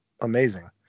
amazing